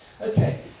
Okay